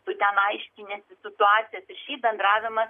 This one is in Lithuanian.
tu ten aiškini situacijas ir šiaip bendravimas